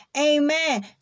Amen